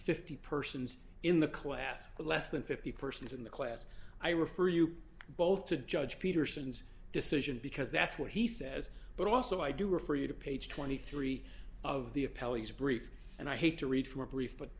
fifty persons in the class of less than fifty persons in the class i refer you both to judge peterson's decision because that's what he says but also i do refer you to page twenty three of the a pelleas brief and i hate to read from a brief but